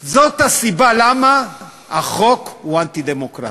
זאת הסיבה לכך שהחוק הוא אנטי-דמוקרטי.